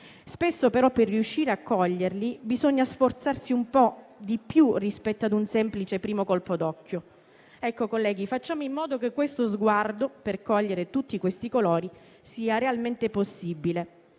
Spesso, però, per riuscire a coglierli, bisogna sforzarsi un po' di più rispetto a un semplice primo colpo d'occhio. Colleghi, facciamo in modo che questo sguardo per cogliere tutti i colori sia realmente possibile.